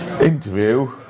interview